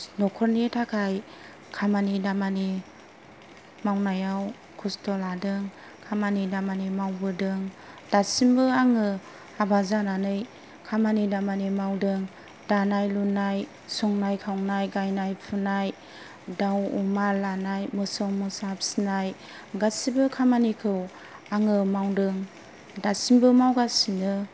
न'खरनि थाखाय खामानि दामानि मावनायाव खस्थ' लादों खामानि दामानि मावबोदों दासिमबो आङो हाबा जानानै खामानि दामानि मावदों दानाय लुनाय संनाय खावनाय गायनाय फुनाय दाउ अमा लानाय मोसौ मोसा फिसिनाय गासैबो खामानिखौ आङो मावदों दासिमबो मावगासिनो